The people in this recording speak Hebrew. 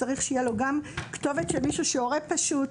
צריך שיהיה לו גם כתובת של מישהו שהורה פשוט,